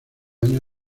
año